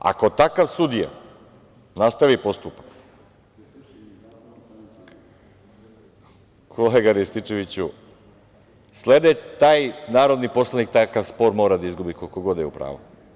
Ako takav sudija nastavi postupak, kolega Rističeviću sledi, taj narodni poslanik takav spor mora da izgubi koliko god je u pravu.